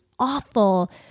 awful